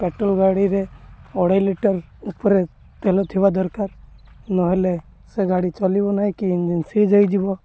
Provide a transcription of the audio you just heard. petrol ଗାଡ଼ିରେ ଅଢ଼େଇ litre ଉପରେ ତେଲ ଥିବା ଦରକାର ନହେଲେ ସେ ଗାଡ଼ି ଚାଲିବ ନାହିଁ କି ଇଞ୍ଜନ୍ ସିଜ୍ ହେଇଯିବ